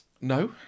No